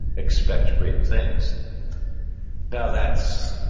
expect great things now that's,